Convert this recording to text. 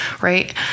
right